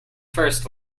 first